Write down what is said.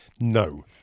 No